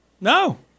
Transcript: No